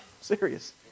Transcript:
Serious